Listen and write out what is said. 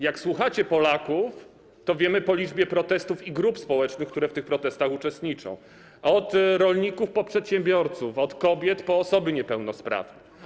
Jak słuchacie Polaków, to wiemy - po liczbie protestów i grup społecznych, które w tych protestach uczestniczą, od rolników po przedsiębiorców, od kobiet po osoby niepełnosprawne.